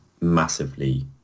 massively